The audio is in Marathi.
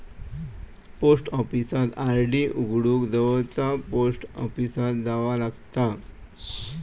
पोस्ट ऑफिसात आर.डी उघडूक जवळचा पोस्ट ऑफिसात जावा लागता